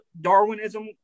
Darwinism